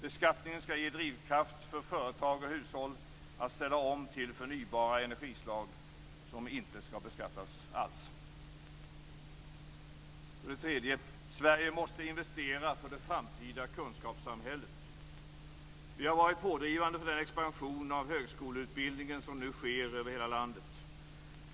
Beskattningen skall ge drivkraft för företag och hushåll att ställa om till förnybara energislag, som inte skall beskattas alls. För det tredje måste Sverige investera för det framtida kunskapssamhället. Vi har varit pådrivande för den expansion av högskoleutbildningen som nu sker över hela landet.